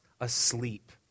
asleep